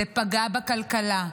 זה פגע בכלכלה,